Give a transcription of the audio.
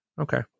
Okay